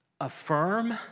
affirm